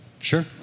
Sure